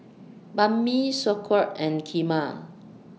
Banh MI Sauerkraut and Kheema